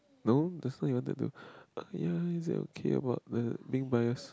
no that's what you want to do ya it's okay about like being biased